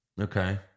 Okay